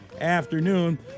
afternoon